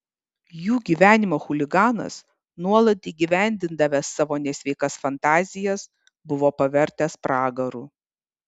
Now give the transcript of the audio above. jų gyvenimą chuliganas nuolat įgyvendindavęs savo nesveikas fantazijas buvo pavertęs pragaru